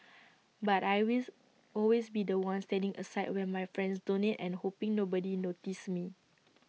but I with always be The One standing aside when my friends donate and hoping nobody notices me